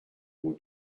more